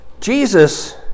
Jesus